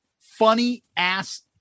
funny-ass